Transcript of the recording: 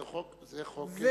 זה חוק נפקדים.